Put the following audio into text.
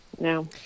No